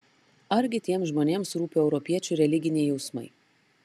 argi tiems žmonėms rūpi europiečių religiniai jausmai